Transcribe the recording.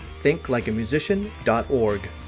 thinklikeamusician.org